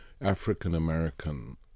African-American